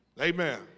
Amen